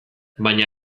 baina